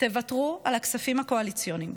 תוותרו על הכספים הקואליציוניים,